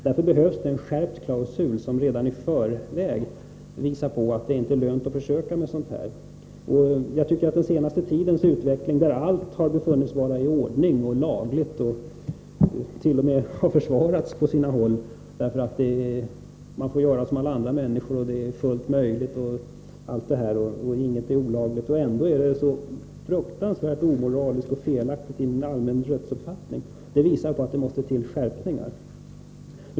Därför behövs det en skärpt klausul, som redan i förväg visar att det inte är lönt att försöka. På den senaste tiden har allt befunnits vara i ordning och lagligt och t.o.m. försvarats på sina håll — man får göra som alla andra, det är fullt möjligt osv. Ändå är detta så fruktansvärt omoraliskt och felaktigt i den allmänna rättsuppfattningen, vilket visar att det måste till skärpningar.